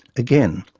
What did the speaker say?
again,